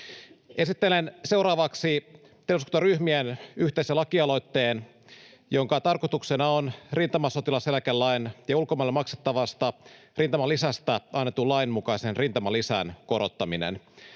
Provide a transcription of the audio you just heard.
Esittelen seuraavaksi eduskuntaryhmien yhteisen lakialoitteen, jonka tarkoituksena on rintamasotilaseläkelain ja ulkomaille maksettavasta rintamalisästä annetun lain mukaisen rintamalisän korottaminen.